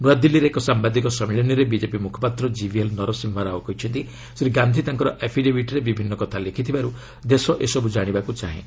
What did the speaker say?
ନୂଆଦିଲ୍ଲୀରେ ଏକ ସାମ୍ବାଦିକ ସମ୍ମିଳନୀରେ ବିଜେପି ମୁଖପାତ୍ର ଜିଭିଏଲ୍ ନରସିହ୍କା ରାଓ କହିଛନ୍ତି ଶ୍ରୀ ଗାନ୍ଧି ତାଙ୍କର ଆଫିଡେବିଟ୍ରେ ବିଭିନ୍ନ କଥା ଲେଖିଥିବାରୁ ଦେଶ ଏସବୁ ଜାଣିବାକୁ ଚାହେଁ